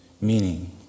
meaning